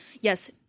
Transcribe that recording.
yes